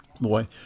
Boy